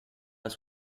pas